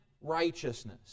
righteousness